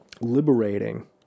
liberating